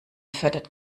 fördert